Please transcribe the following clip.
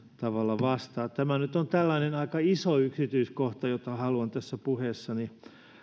tavalla vastaa tämä on tällainen aika iso yksityiskohta jota haluan tässä puheessani